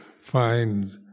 find